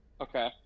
Okay